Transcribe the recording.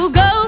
go